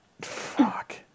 fuck